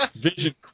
Vision